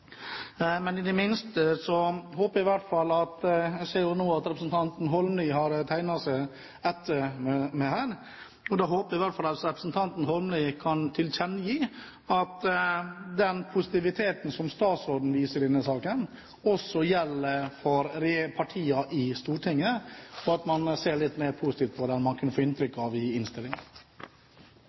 Men i det minste håper jeg – jeg ser nå at representanten Holmelid har tegnet seg etter meg på talerlisten – at Holmelid i hvert fall kan tilkjennegi at den positiviteten som statsråden viser i denne saken, også gjelder for regjeringspartiene i Stortinget, og at man ser litt mer positivt på det enn man kan få inntrykk av i innstillingen. Vi er eit romsleg fleirtal, så eg vil hermed føreslå at vi endrar innstillinga